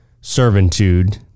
servitude